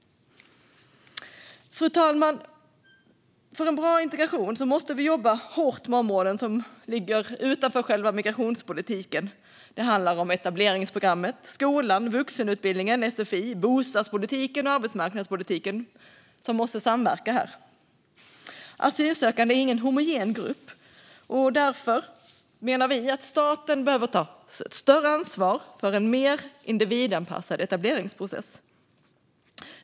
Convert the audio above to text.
Fru talman! För en bra integration måste vi jobba hårt också med områden som ligger utanför själva migrationspolitiken. Det handlar om att etableringsprogrammet, skolan, vuxenutbildningen, sfi, bostadspolitiken och arbetsmarknadspolitiken måste samverka. Asylsökande är ingen homogen grupp. Därför menar vi att staten behöver ta ett större ansvar för en mer individanpassad etableringsprocess.